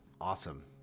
Awesome